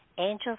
Angels